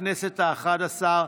לכנסת האחת-עשרה,